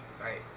right